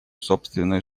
собственную